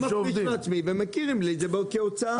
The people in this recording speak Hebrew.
אני מפריש לעצמי, ומכירים לי בזה כהוצאה.